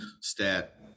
stat